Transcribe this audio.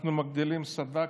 אנחנו מגדילים את הסד"כ,